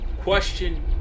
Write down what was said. Question